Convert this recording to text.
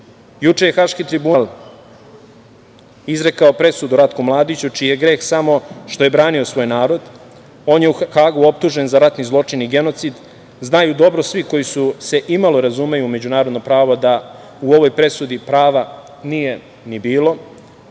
Juče je Haški tribunal izrekao presudu Ratku Mladiću čiji je greh samo što je branio svoj narod. On je u Hagu optužen za ratni zločin i genocid. znaju dobro svi koji se i malo razumeju u međunarodno pravo da u ovoj presudi prava nije ni bilo. Zato